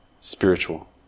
spiritual